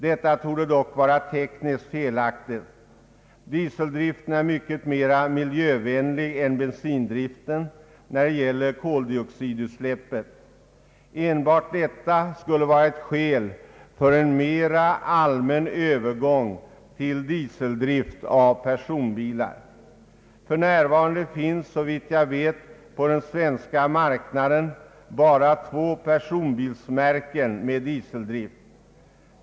Detta torde dock tekniskt sett vara felaktigt. Dieseldriften är mycket mera miljövänlig än bensindriften när det gäller koloxidutsläppet. Enbart detta skulle vara ett skäl för en mera allmän övergång till dieseldrift av personbilar. För närvarande finns, såvitt jag vet, på den svenska marknaden bara två personbilsmärken med dieseldrift.